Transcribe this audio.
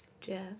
Jeff